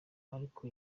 ariko